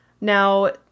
Now